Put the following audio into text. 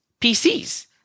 PCs